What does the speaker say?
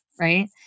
right